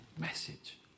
message